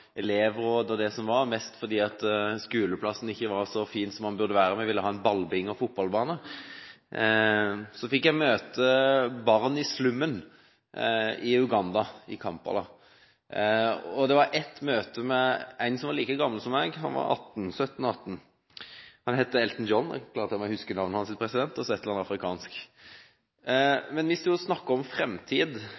elevråd og det som var – mest fordi skoleplassen ikke var så fin som den burde være, vi ville ha en ballbinge og en fotballbane. Så fikk jeg møte barn i slummen i Uganda i Kampala. Det var et møte med en som var like gammel som meg – han var 17–18 år – og han het Elton John. Det er klart jeg husker det navnet, og så var det et eller annet afrikansk.